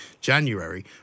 January